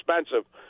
expensive